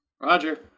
Roger